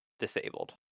disabled